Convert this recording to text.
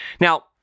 Now